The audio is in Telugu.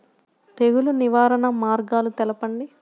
తెగులు నివారణ మార్గాలు తెలపండి?